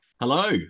hello